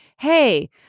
hey